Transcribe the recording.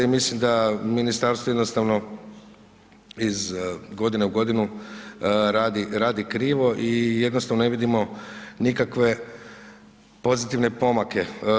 I mislim da ministarstvo jednostavno iz godine u godinu radi krivo i jednostavno ne vidimo nikakve pozitivne pomake.